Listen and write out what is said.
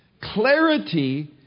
Clarity